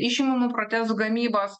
išimamų protezų gamybos